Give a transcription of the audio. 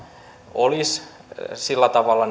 olisivat sillä tavalla